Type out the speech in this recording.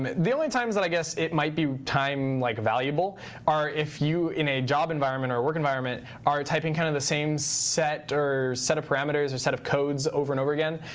um the only times that i guess it might be time like valuable are if you, in a job environment or work environment, are typing kind of the same set or set of parameters or set of codes over and over again.